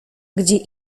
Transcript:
gdzie